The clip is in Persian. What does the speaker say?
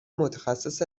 متخصص